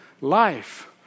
Life